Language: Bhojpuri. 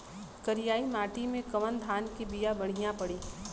करियाई माटी मे कवन धान के बिया बढ़ियां पड़ी?